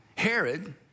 Herod